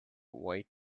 white